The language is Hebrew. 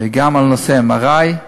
וגם על נושא MRI,